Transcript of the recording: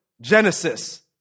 Genesis